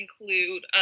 include